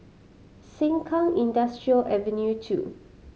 Sengkang Industrial Avenue Two